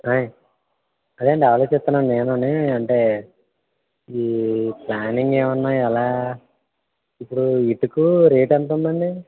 ఆయ్ అదే అండి ఆలోచిస్తున్నాను నేనూ అంటే ఈ ప్లానింగ్ ఏమన్నా ఎలా ఇప్పుడు ఇటుకు రేటు ఎంతుందండి